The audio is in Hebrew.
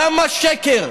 כמה שקר?